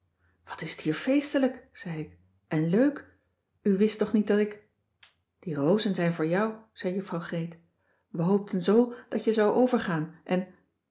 wat is t hier feestelijk zei ik en leuk u wist toch niet dat ik die rozen zijn voor jou zei juffrouw greet we hoopten zoo dat je zou overgaan en